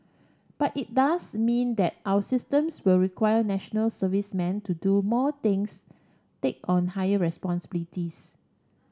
but it does mean that our systems will require National Servicemen to do more things take on higher responsibilities